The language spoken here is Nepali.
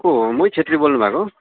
को हो मोहित छेत्री बोल्नुभएको हो